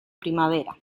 primavera